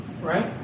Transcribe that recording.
right